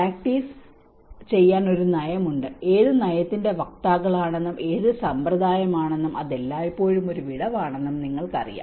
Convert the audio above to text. practice ചെയ്യാൻ ഒരു നയമുണ്ട് ഏത് നയത്തിന്റെ വക്താക്കളാണെന്നും ഏത് സമ്പ്രദായമാണെന്നും അത് എല്ലായ്പ്പോഴും ഒരു വിടവാണെന്നും നിങ്ങൾക്കറിയാം